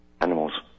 animals